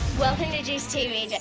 welcome to juiced tv